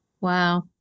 Wow